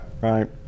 right